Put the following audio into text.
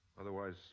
Otherwise